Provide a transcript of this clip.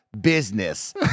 business